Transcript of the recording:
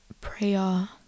prayer